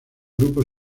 grupo